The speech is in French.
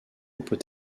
peut